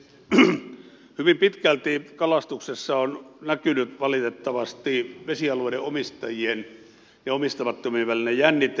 hyvin pitkälti kalastuksessa on näkynyt valitettavasti vesialueiden omistajien ja omistamattomien välinen jännite